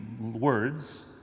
words